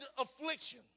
affliction